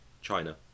china